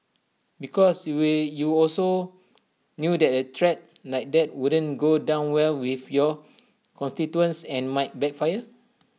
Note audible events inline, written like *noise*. because you *unintelligible* you also knew that A threat like that wouldn't go down well with your constituents and might backfire